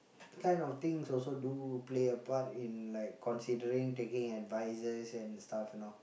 kind of things also do play a part in like considering taking advices and stuff and all